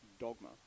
Dogma